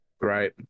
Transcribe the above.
Right